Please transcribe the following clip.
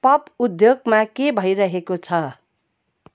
pop उद्योगमा के भइरहेको छ